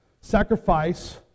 sacrifice